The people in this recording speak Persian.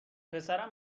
پسرم